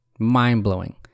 mind-blowing